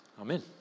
Amen